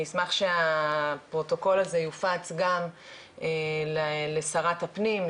אני אשמח שהפרוטוקול הזה יופץ גם לשרת הפנים,